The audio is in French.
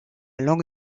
langue